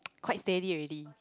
quite steady already